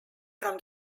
from